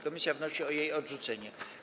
Komisja wnosi o jej odrzucenie.